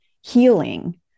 healing